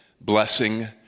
blessing